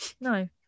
no